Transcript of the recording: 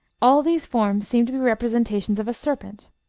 all these forms seem to be representations of a serpent